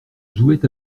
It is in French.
jouait